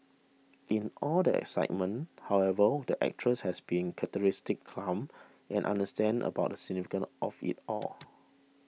in all the excitement however the actress has been characteristically calm and understated about the significance of it all